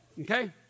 Okay